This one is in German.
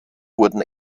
wurden